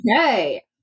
Okay